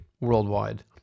worldwide